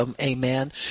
Amen